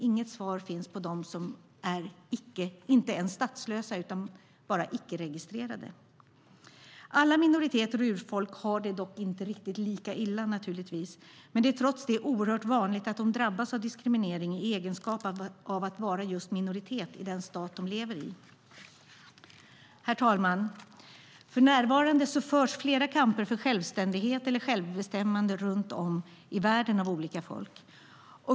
Inget svar ges om dem som inte ens är statslösa utan bara icke-registrerade. Naturligtvis har inte alla minoriteter och urfolk det riktigt lika illa. Men det är trots det oerhört vanligt att de drabbas av diskriminering i egenskap av att vara minoritet i den stat de lever i. Herr talman! För närvarande förs flera kamper för självständighet eller självbestämmande runt om i världen av olika folk.